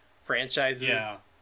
franchises